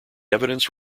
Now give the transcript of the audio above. evidence